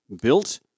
built